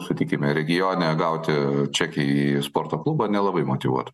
sutikime regione gauti čekį į sporto klubą nelabai motyvuotų